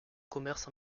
commerces